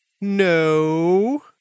No